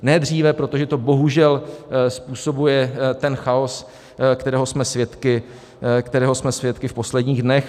Ne dříve, protože to bohužel způsobuje ten chaos, kterého jsme svědky, kterého jsme svědky v posledních dnech.